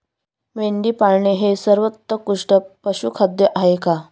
मेंढी पाळणे हे सर्वोत्कृष्ट पशुखाद्य आहे का?